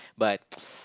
but